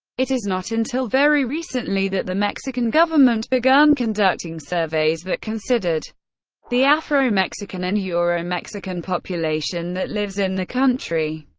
it is not until very recently that the mexican government begun conducting surveys that considered the afro-mexican and euro-mexican population that lives in the country.